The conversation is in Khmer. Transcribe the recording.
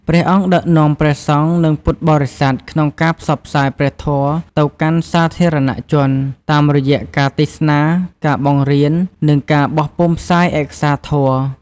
ព្រះអង្គដឹកនាំព្រះសង្ឃ និងពុទ្ធបរិស័ទក្នុងការផ្សព្វផ្សាយព្រះធម៌ទៅកាន់សាធារណជន តាមរយៈការទេសនា ការបង្រៀន និងការបោះពុម្ពផ្សាយឯកសារធម៌។